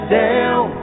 down